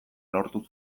lortu